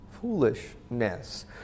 foolishness